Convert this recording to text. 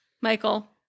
Michael